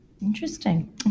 Interesting